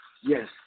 Yes